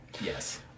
Yes